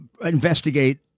investigate